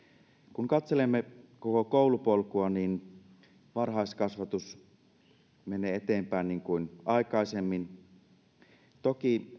kun katselemme koko koulupolkua niin varhaiskasvatus menee eteenpäin niin kuin aikaisemmin toki